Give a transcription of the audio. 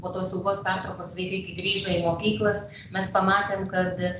po tos ilgos pertraukos vaikai kai grįžo į mokyklas mes pamatėm kad